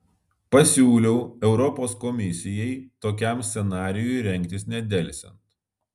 pasiūliau europos komisijai tokiam scenarijui rengtis nedelsiant